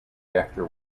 after